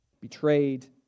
betrayed